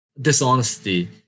dishonesty